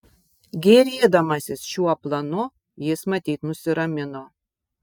gėrėdamasis šiuo planu jis matyt nusiramino